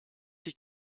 sich